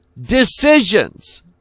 decisions